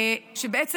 שבעצם